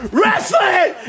wrestling